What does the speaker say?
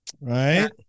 Right